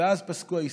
ואז פסקו הייסורין.